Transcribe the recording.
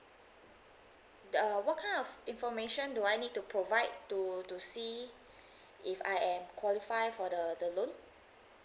uh what kind of information do I need to provide to to see if I am qualify for the the loan